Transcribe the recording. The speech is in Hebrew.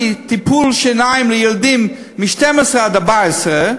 טיפול שיניים לילדים מגיל 12 עד 14,